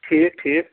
ٹھیٖک ٹھیٖک